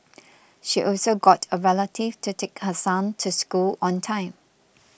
she also got a relative to take her son to school on time